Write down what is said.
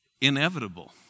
inevitable